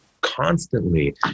constantly